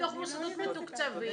בתוך מוסדות מתוקצבים.